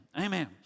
Amen